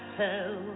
tell